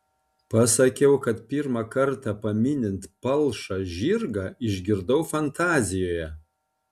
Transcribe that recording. pasakiau kad pirmą kartą paminint palšą žirgą išgirdau fantazijoje